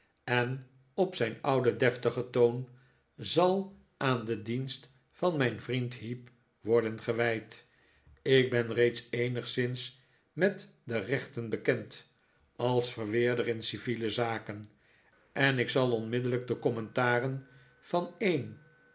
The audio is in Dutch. en op zijn ouden deftigen toon zal aan den dienst van mijn vriend heep worden gewijd ik ben reeds eenigszins met de rechten bekend als verweerder in civiele zaken en ik aal onmiddellijk de commentaren van een